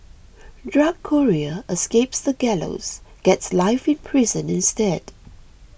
drug courier escapes the gallows gets life in prison instead